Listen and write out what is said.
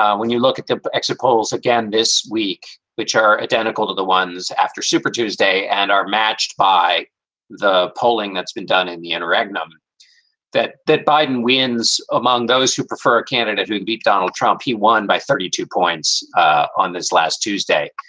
um when you look at the exit polls again this week, which are identical to the ones after super tuesday and are matched by the polling that's been done in the interregnum that that biden wins among those who prefer a candidate who can beat donald trump, he won by thirty two points on this last tuesday.